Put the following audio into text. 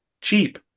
cheap